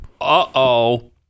Uh-oh